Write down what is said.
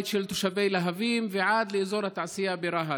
של תושבי להבים ועד לאזור התעשייה ברהט.